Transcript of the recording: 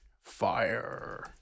Fire